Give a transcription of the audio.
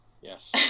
Yes